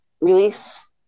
release